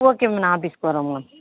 okay ma'am நான் office வரேன் ma'am